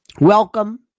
welcome